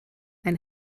ein